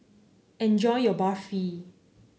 enjoy your Barfi